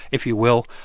if you will,